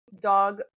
dog